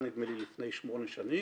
זה היה נדמה לי לפני שמונה שנים